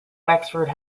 wexford